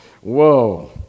Whoa